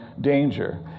danger